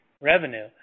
revenue